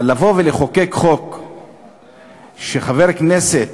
אבל לבוא ולחוקק חוק שחבר כנסת